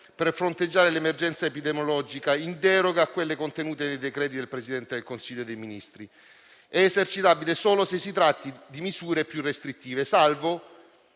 per fronteggiare l'emergenza epidemiologica in deroga a quelle contenute nei decreti del Presidente del Consiglio dei ministri. Tale facoltà è esercitabile solo se si tratti di misure più restrittive, salvo